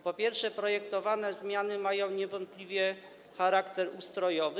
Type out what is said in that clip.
Po pierwsze, projektowane zmiany mają niewątpliwie charakter ustrojowy.